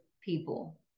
people